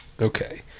Okay